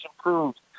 improved